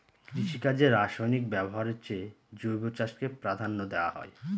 কৃষিকাজে রাসায়নিক ব্যবহারের চেয়ে জৈব চাষকে প্রাধান্য দেওয়া হয়